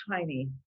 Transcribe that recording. tiny